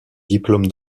diplôme